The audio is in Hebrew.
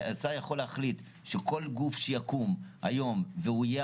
השר יכול להחליט שכול גוף שיקום היום והוא יהיה